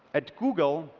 at google,